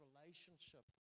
relationship